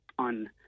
on